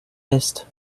list